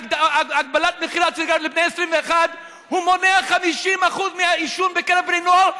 הגבלת מכירת סיגריות לבני 21. הוא מונע 50% מהעישון בקרב בני נוער.